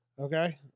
Okay